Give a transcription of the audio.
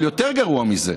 אבל יותר גרוע מזה,